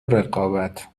رقابت